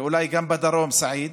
ואולי גם בדרום, סעיד,